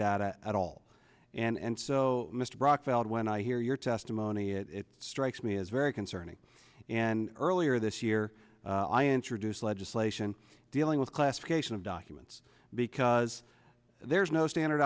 data at all and so mr brock felt when i hear your testimony it strikes me as very concerning and earlier this year i introduced legislation dealing with classification of documents because there's no standard